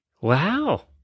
Wow